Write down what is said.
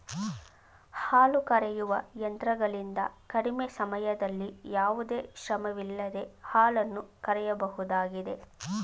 ಹಾಲು ಕರೆಯುವ ಯಂತ್ರಗಳಿಂದ ಕಡಿಮೆ ಸಮಯದಲ್ಲಿ ಯಾವುದೇ ಶ್ರಮವಿಲ್ಲದೆ ಹಾಲನ್ನು ಕರೆಯಬಹುದಾಗಿದೆ